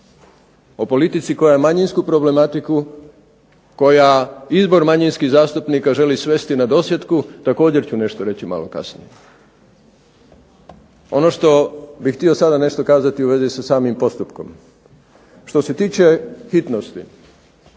O politici koja je manjinsku problematiku, koja izbor manjinskih zastupnika želi svesti na dosjetku također ću nešto reći malo kasnije. Ono što bih htio sada nešto kazati u vezi sa samim postupkom što se tiče hitnosti